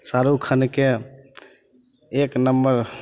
शाहरुख खानके एक नम्बर